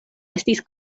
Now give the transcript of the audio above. estis